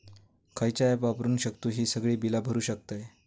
खयचा ऍप वापरू शकतू ही सगळी बीला भरु शकतय?